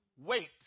wait